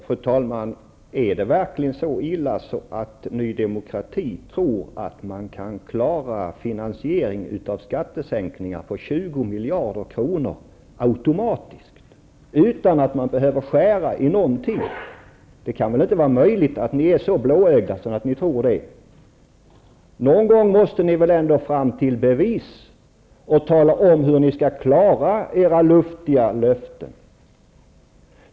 Fru talman! Är det verkligen så illa att Ny Demokrati tror att man kan klara finansieringen av skattesänkningar på 20 miljarder kronor automatiskt, utan att man behöver skära i någonting? Det kan väl inte vara möjligt att ni är så blåögda att ni tror det? Någon gång måste ni väl ändå fram till bevis och tala om hur ni skall klara av era luftiga löften.